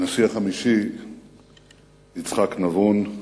נשיא המדינה החמישי יצחק נבון,